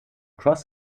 cross